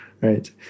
Right